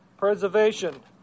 preservation